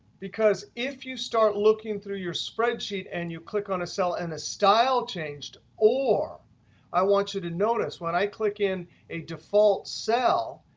because if you start looking through your spreadsheet and you click on a cell and the style changed or i want you to notice, when i click in a default cell,